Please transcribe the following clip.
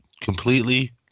completely